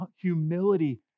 humility